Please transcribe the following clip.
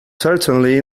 certainly